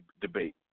debate